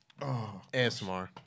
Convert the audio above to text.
ASMR